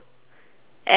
and